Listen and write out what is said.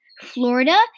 Florida